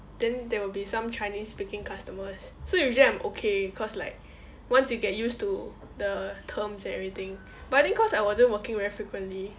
then there will be some chinese speaking customers so usually I'm okay cause like once you get used to the terms and everything but I think cause I wasn't working very frequently